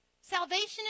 Salvation